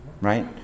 right